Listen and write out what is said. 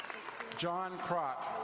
john crott.